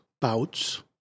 bouts—